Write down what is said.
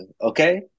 okay